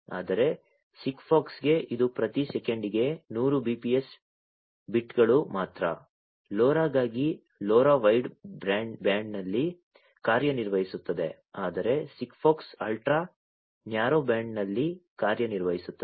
ಆದರೆ SIGFOX ಗೆ ಇದು ಪ್ರತಿ ಸೆಕೆಂಡಿಗೆ 100 bps ಬಿಟ್ಗಳು ಮಾತ್ರ LoRa ಗಾಗಿ LoRa ವೈಡ್ ಬ್ಯಾಂಡ್ನಲ್ಲಿ ಕಾರ್ಯನಿರ್ವಹಿಸುತ್ತದೆ ಆದರೆ SIGFOX ಅಲ್ಟ್ರಾ ನ್ಯಾರೋ ಬ್ಯಾಂಡ್ನಲ್ಲಿ ಕಾರ್ಯನಿರ್ವಹಿಸುತ್ತದೆ